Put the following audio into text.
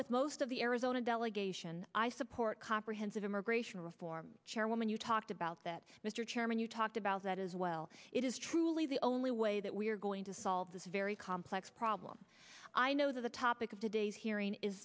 with most of the arizona delegation i support comprehensive immigration reform chairwoman you talked about that mr chairman you talked about that as well it is truly the only way that we're going to solve this very complex problem i know that the topic of today's hearing is